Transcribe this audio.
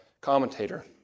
commentator